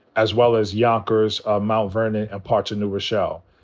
as well as yonkers or mount vernon and parts of new rochelle.